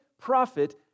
prophet